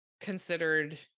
considered